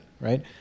right